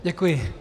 Děkuji.